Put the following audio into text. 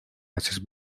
haces